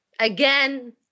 again